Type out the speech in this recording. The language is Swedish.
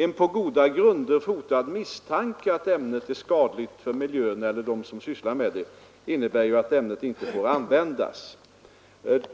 En på goda grunder fogad misstanke att ett ämne är skadligt för miljön eller för dem som sysslar med det innebär att ämnet inte får användas.